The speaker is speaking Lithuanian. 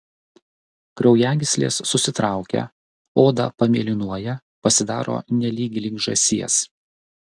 kraujagyslės susitraukia oda pamėlynuoja pasidaro nelygi lyg žąsies